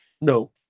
No